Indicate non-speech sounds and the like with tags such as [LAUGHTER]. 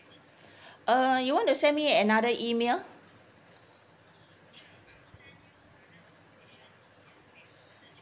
[BREATH] uh you want to send me another email